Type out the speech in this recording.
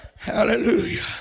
Hallelujah